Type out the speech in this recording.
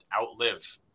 outlive